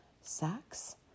sex